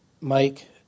Mike